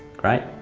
great,